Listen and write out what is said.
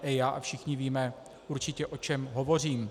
A všichni víme určitě, o čem hovořím.